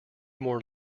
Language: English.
more